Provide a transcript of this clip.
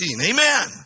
Amen